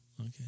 okay